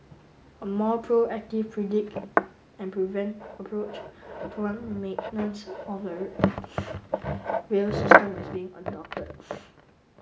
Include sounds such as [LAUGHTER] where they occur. a more proactive predict and prevent approach [UNINTELLIGIBLE] maintenance of the rail [NOISE] rail system is being adopted [NOISE]